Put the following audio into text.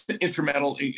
instrumental